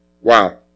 Wow